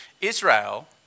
Israel